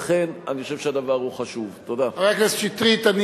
ולכן אני חושב שהדבר הזה חשוב.